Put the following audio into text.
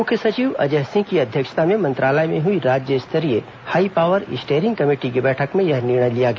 मुख्य सचिव अजय सिंह की अध्यक्षता में मंत्रालय में हुई राज्य स्तरीय हाई पावर स्टेयरिंग कमेटी की बैठक में यह निर्णय लिया गया